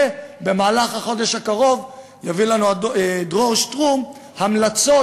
ובמהלך החודש הקרוב יביא לנו דרור שטרום המלצות